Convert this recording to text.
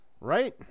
Right